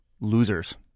losers